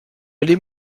allait